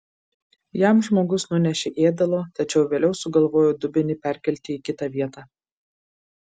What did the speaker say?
jam žmogus nunešė ėdalo tačiau vėliau sugalvojo dubenį perkelti į kitą vietą